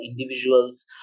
individuals